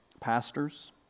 Pastors